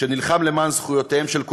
שנלחם למען זכויותיהם של קורבנות,